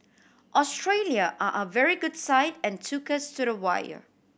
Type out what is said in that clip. Australia are a very good side and took us to the wire